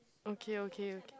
okay okay okay